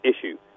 issue